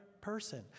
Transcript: person